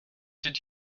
did